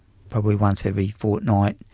probably once every fortnight.